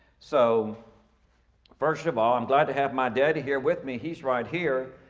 so first of all, i'm glad to have my dad here with me. he's right here.